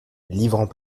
livrant